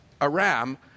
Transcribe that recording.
Aram